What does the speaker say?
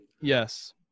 yes